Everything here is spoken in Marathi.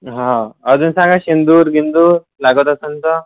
हा अजून सांगा शेंदूर बिन्दूर लागत असेल तर